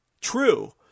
true